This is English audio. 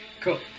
Cool